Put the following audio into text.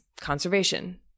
conservation